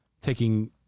taking